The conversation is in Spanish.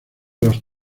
los